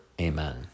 Amen